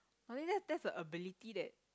I think that's that's a ability that